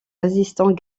résistants